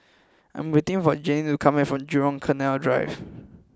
I am waiting for Janine to come back from Jurong Canal Drive